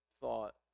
thought